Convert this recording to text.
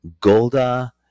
golda